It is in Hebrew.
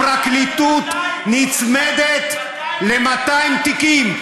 הפרקליטות נצמדת ל-200 תיקים.